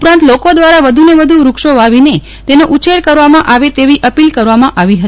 ઉપરાંત લોકો દ્વારા વધુ ને વધુ વૃક્ષો વાવીને તેનો ઉછેર કરવામાં આવે તેવી અપીલ કરવામાં આવી હતી